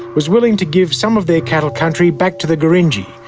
was willing to give some of their cattle country back to the gurindji.